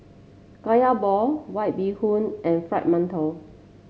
kaya ball White Bee Hoon and Fried Mantou